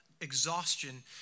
exhaustion